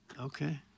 Okay